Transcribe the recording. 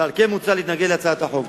ועל כן מוצע להתנגד להצעת החוק.